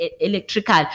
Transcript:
electrical